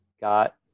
got